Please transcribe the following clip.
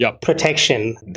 protection